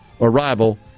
arrival